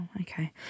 Okay